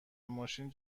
ماشین